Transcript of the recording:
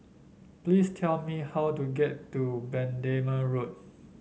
please tell me how to get to Bendemeer Road